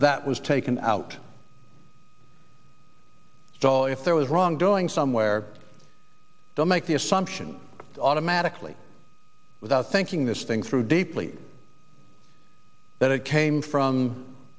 that was taken out call if there was wrongdoing somewhere don't make the assumption automatically without thinking this thing through deeply that it came from